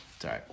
Sorry